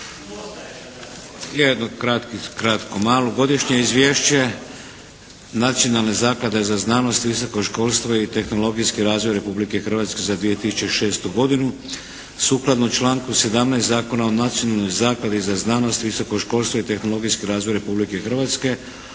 Jednu kratku, malu -- Godišnje izvješće Nacionalne zaklade za znanost, visoko školstvo i tehnologijski razvoj Republike Hrvatske za 2006. godinu – Predlagatelj Nacionalna zaklada za znanost, visoko školstvo i tehnologijski razvoj Republike Hrvatske